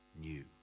new